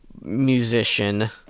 Musician